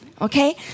Okay